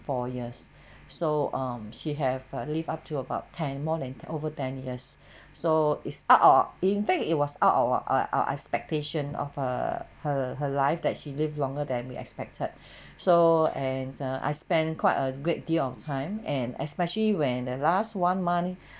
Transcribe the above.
four years so um she have a live up to about ten more than ten over ten years so is out of our in fact it was out of our our expectation of her her her life that she live longer than we expected so and err I spend quite a great deal of time and especially when the last one month